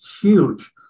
huge